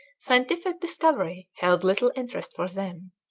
scientific discovery held little interest for them.